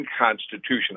unconstitutional